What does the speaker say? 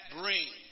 bring